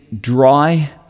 dry